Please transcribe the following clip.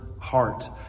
heart